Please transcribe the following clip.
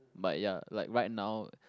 but ya like right now